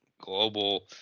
global